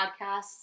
Podcasts